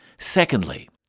Secondly